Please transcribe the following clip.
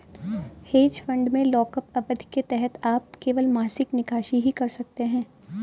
hedge fund में lockup अवधि के तहत आप केवल मासिक निकासी ही कर सकते हैं